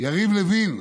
יריב לוין,